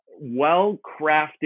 well-crafted